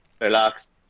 relax